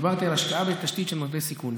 דיברתי על השקעה בתשתית של מוקדי סיכון.